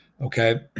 Okay